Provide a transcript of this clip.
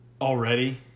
Already